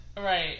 Right